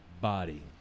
body